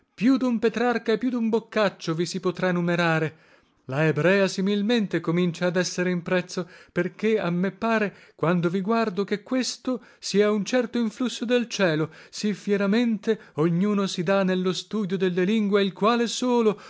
più dun petrarca e più dun boccaccio vi si potrà numerare la ebrea similmente comincia ad essere in prezzo per che a me pare quando vi guardo che questo sia un certo influsso del cielo sì fieramente ognuno si dà nello studio delle lingue il quale solo